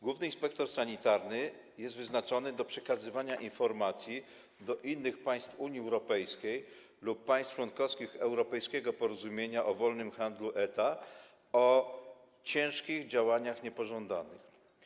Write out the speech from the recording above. Główny inspektor sanitarny jest wyznaczony do przekazywania informacji do innych państw Unii Europejskiej lub państw członkowskich Europejskiego Stowarzyszenia Wolnego Handlu (EFTA) o ciężkich działaniach niepożądanych.